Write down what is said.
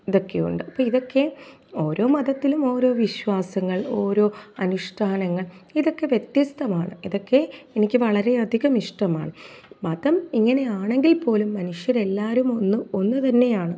ഇതൊക്കെയുണ്ട് അപ്പം ഇതൊക്കെ ഓരോ മതത്തിലും ഓരോ വിശ്വാസങ്ങൾ ഓരോ അനുഷ്ഠാനങ്ങൾ ഇതൊക്കെ വ്യത്യസ്തമാണ് ഇതൊക്കെ എനിക്ക് വളരെ അധികം ഇഷ്ടമാണ് മതം ഇങ്ങനെ ആണെങ്കിൽ പോലും മനുഷ്യരെല്ലാവരും ഒന്ന് ഒന്നു തന്നെയാണ്